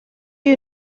you